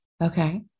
Okay